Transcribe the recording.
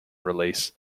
release